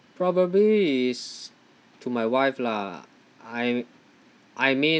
probably is to my wife lah I I mean